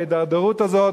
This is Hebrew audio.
ההידרדרות הזאת,